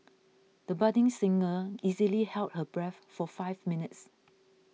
the budding singer easily held her breath for five minutes